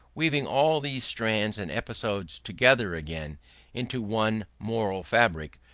weaving all these strands and episodes together again into one moral fabric,